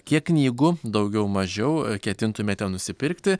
kiek knygų daugiau mažiau ketintumėte nusipirkti